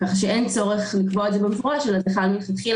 כך שאין צורך לקבוע את זה במפורש אלא מלכתחילה